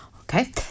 okay